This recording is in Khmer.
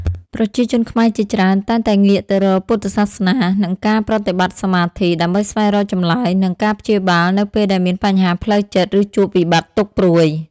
ប្រជាជនខ្មែរជាច្រើនតែងតែងាកទៅរកពុទ្ធសាសនា និងការប្រតិបត្តិសមាធិ ដើម្បីស្វែងរកចម្លើយ និងការព្យាបាលនៅពេលដែលមានបញ្ហាផ្លូវចិត្តឬជួបវិបត្តិទុកព្រួយ។